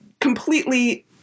completely